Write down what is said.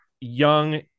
young